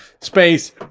space